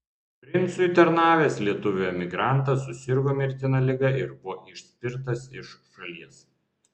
princui tarnavęs lietuvių emigrantas susirgo mirtina liga ir buvo išspirtas iš šalies